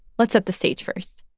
let's set the stage first